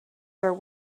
her